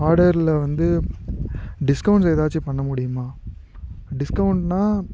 ஆர்டர்ல வந்து டிஸ்க்கவுண்ட் ஏதாச்சி பண்ண முடியுமா டிஸ்க்கவுண்ட்டுனா